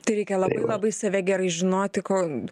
tai reikia labai labai save gerai žinoti kon